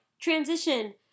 transition